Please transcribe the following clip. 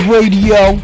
Radio